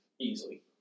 easily